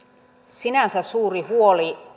sinänsä suuri huoli